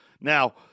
Now